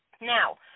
Now